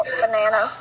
banana